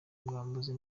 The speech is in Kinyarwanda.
ubwambuzi